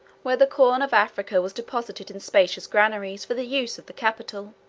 where the corn of africa was deposited in spacious granaries for the use of the capital.